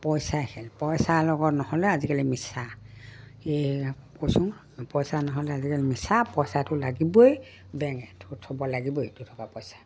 পইচাই খেল পইচা লগত নহ'লে আজিকালি মিছা সেয়ে কৈছোঁ পইচা নহ'লে আজিকালি মিছা পইচাটো লাগিবই বেংকত থ'ব লাগিবই দুটকা পইচা